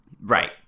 Right